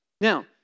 Now